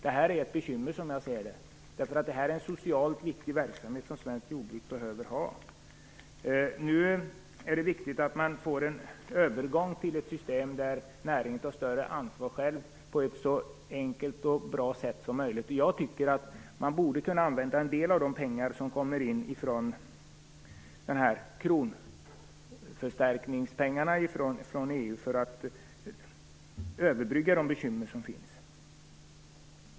Det är, som jag ser det, ett bekymmer. Detta är en socialt viktig verksamhet som svenskt jordbruk behöver. Nu är det viktigt att man får en övergång till ett system där näringen tar större ansvar själv på ett så enkelt och bra sätt som möjligt. Jag tycker att en del av de kronförstärkningspengar som kommer in från EU, borde kunna användas till att överbrygga de bekymmer dom finns.